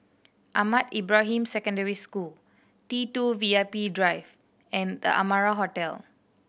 Ahmad Ibrahim Secondary School T two VIP Drive and The Amara Hotel